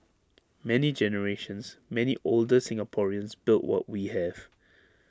many generations many older Singaporeans built what we have